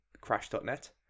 Crash.net